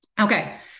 Okay